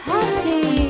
Happy